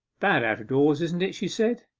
bad out of doors, isn't it she said,